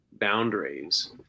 boundaries